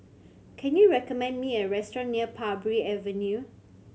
can you recommend me a restaurant near Parbury Avenue